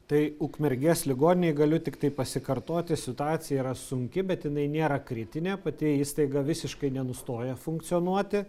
tai ukmergės ligoninėj galiu tiktai pasikartoti situacija yra sunki bet jinai nėra kritinė pati įstaiga visiškai nenustoja funkcionuoti